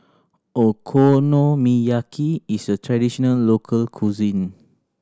Okonomiyaki is a traditional local cuisine